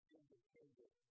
independent